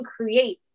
create